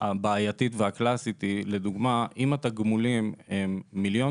בעייתית והקלאסית היא אם התגמולים הם מיליון